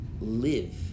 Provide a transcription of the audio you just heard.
live